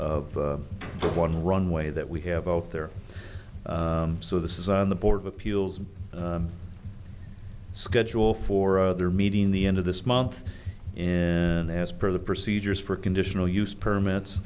of the one runway that we have out there so this is on the board of appeals and schedule for other meeting the end of this month in there as per the procedures for conditional use permits